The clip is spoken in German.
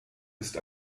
ist